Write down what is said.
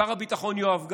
שר הביטחון יואב גלנט,